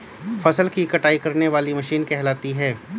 फसल की कटाई करने वाली मशीन कहलाती है?